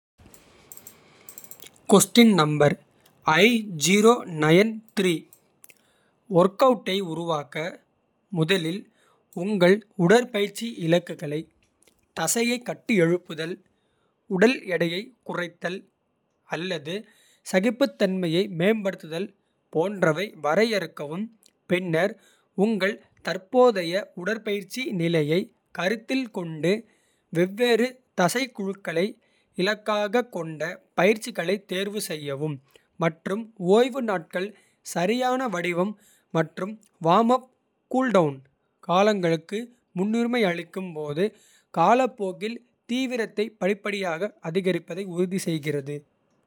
வொர்க்அவுட்டை உருவாக்க முதலில் உங்கள். உடற்பயிற்சி இலக்குகளை தசையை கட்டியெழுப்புதல். உடல் எடையை குறைத்தல் அல்லது சகிப்புத்தன்மையை. மேம்படுத்துதல் போன்றவை வரையறுக்கவும். பின்னர் உங்கள் தற்போதைய உடற்பயிற்சி நிலையை. கருத்தில் கொண்டு வெவ்வேறு தசை குழுக்களை. இலக்காகக் கொண்ட பயிற்சிகளைத் தேர்வு செய்யவும். மற்றும் ஓய்வு நாட்கள் சரியான வடிவம் மற்றும் வார்ம். அப் கூல் டவுன் காலங்களுக்கு முன்னுரிமை அளிக்கும் போது. ​​காலப்போக்கில் தீவிரத்தை படிப்படியாக அதிகரிப்பதை உறுதிசெய்கிறது.